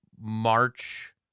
March